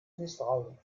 misstrauen